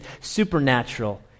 supernatural